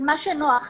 מה שנוח לכם.